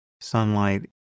sunlight